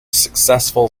successful